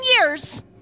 years